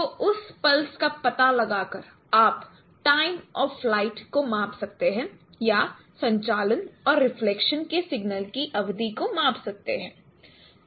तो उस पल्स का पता लगाकर आप टाइम ऑफ फ़्लाइट को माप सकते है या संचालन और रिफ्लेक्शन के सिग्नल की अवधि को माप सकते हैं